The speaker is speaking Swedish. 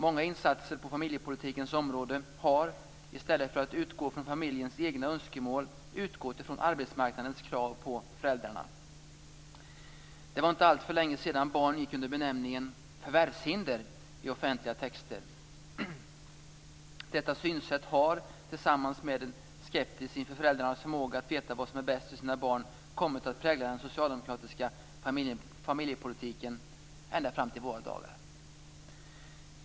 Många insatser på familjepolitikens område har, i stället för att utgå från familjernas egna önskemål, utgått från arbetsmarknadens krav på föräldrarna. Det var inte alltför länge sedan barn gick under benämningen "förvärvshinder" i offentliga texter. Detta synsätt har, tillsammans med en skepsis inför föräldrars förmåga att veta vad som är bäst för sina barn, kommit att prägla den socialdemokratiska familjepolitiken ända fram till våra dagar.